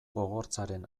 gogortzaren